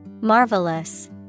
Marvelous